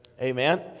Amen